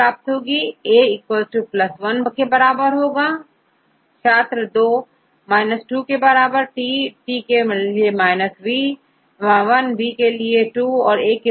A1बराबर होगा बराबर होगा 2 के T बराबर होगा 1 के V वी बराबर होगा2 केA बराबर होगा1 के